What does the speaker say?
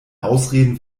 ausreden